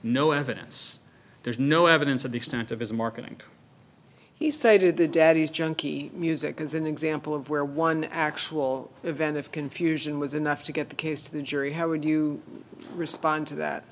no evidence there's no evidence of the extent of his marketing he cited the daddy's junky music as an example of where one actual event of confusion was enough to get the case to the jury how would you respond to that